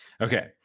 Okay